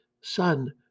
son